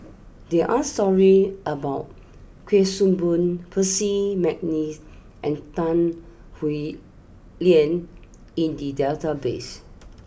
there are stories about Kuik Swee Boon Percy McNeice and Tan Howe Liang in the database